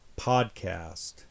Podcast